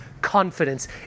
confidence